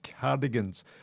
cardigans